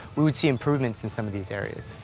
we would see improvements in some of these areas.